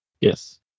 yes